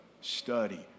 study